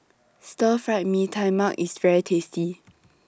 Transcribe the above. Stir Fry Mee Tai Mak IS very tasty